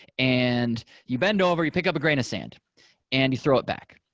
and you bend over, you pick up a grain of sand and you throw it back.